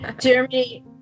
Jeremy